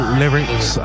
lyrics